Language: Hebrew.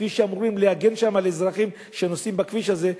כביש שאמורים להגן שם על אזרחים שנוסעים בכביש הזה,